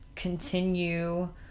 continue